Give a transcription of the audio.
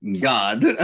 God